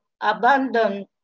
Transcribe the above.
abandon